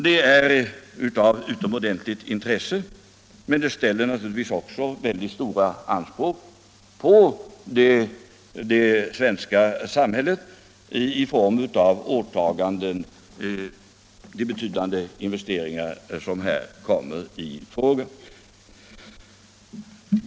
Det är utomordentligt intressant, men det ställer naturligtvis också mycket stora anspråk på det svenska samhället i form av åtaganden — det är betydande investeringar som här kommer i fråga.